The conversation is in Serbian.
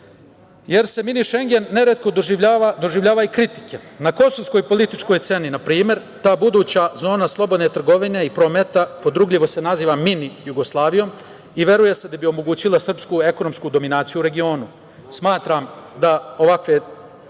jer se mini šengen neretko doživljava, doživljava i kritike. Na kosovskoj političkoj sceni, na primer, ta buduća zona slobodne trgovine i prometa podrugljivo se naziva „mini Jugoslavijom“, i veruje se da bi omogućila srpsku ekonomsku dominaciju u regionu. Smatram da ovakve